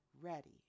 ready